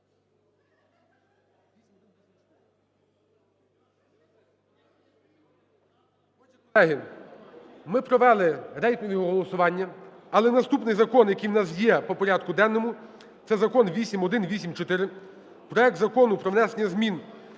в зал. Колеги, ми провели рейтингове голосування, але наступний закон, який у нас є по порядку денному, це закон 8184, проект Закону про внесення змін